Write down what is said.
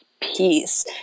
peace